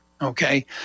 Okay